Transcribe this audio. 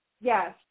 Yes